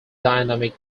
dynamic